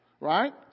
Right